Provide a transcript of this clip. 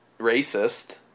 racist